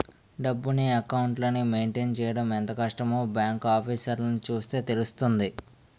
డబ్బును, అకౌంట్లని మెయింటైన్ చెయ్యడం ఎంత కష్టమో బాంకు ఆఫీసర్లని చూస్తే తెలుస్తుంది